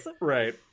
right